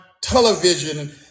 television